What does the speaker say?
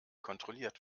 kontrolliert